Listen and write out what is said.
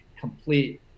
complete